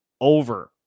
over